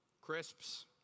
Crisps